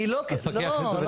המפקח לטובתי?